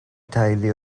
deulu